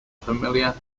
familiar